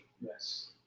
Yes